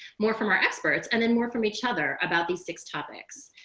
more from our experts and then more from each other about these six topics.